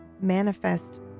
manifest